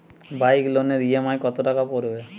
Bike লোনের EMI কত টাকা পড়বে?